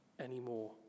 anymore